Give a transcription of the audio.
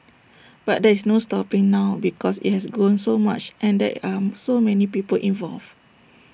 but there's no stopping now because IT has grown so much and there are so many people involved